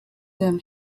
them